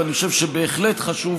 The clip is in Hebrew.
ואני חושב שבהחלט חשוב,